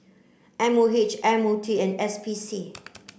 M O H M O T and S P C